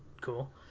Cool